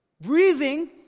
Breathing